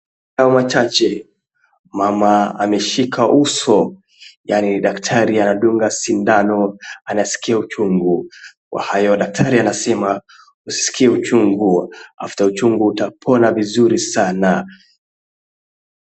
Kwa hayo machache , mama ameshika uso, yaani daktari anadunga sindano anaskia uchungu. Kwa hayo daktari anasema husiskie uchungu after uchungu utapona vizuri sana.